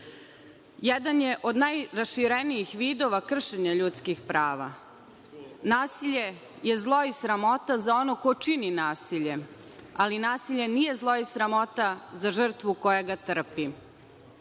Jedan je od najraširenijih vidova kršenja ljudskih prava. Nasilje je zlo i sramota za onog ko čini nasilje, ali nasilje nije zlo i sramota za žrtvu koja ga trpi.